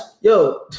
yo